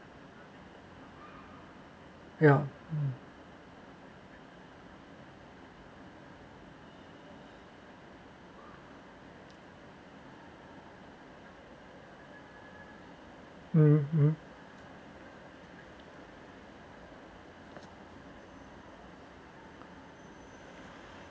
ya uh uh